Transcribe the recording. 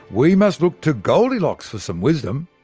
we must look to goldilocks for some wisdom.